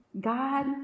God